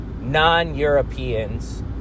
non-Europeans